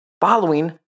following